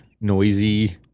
noisy